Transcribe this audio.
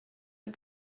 aux